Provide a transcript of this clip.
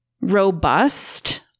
robust